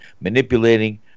manipulating